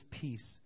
peace